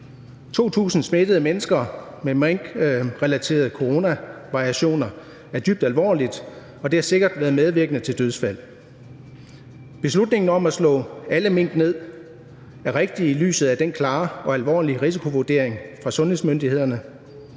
2.000 smittede mennesker med minkrelaterede coronavariationer er dybt alvorligt, og det har sikkert været medvirkende til dødsfald. Beslutningen om at slå alle mink ned er rigtig i lyset af den klare og alvorlige risikovurdering fra sundhedsmyndighederne.